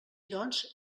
doncs